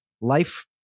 life